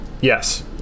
Yes